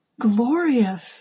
Glorious